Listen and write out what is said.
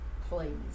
please